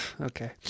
Okay